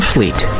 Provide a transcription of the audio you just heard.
Fleet